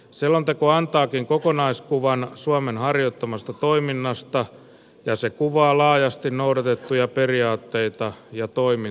selonteko antaakin kokonaiskuvan suomen harjoittamasta toiminnasta ja se kuvaa laajasti noudatettuja periaatteita ja toimintatapoja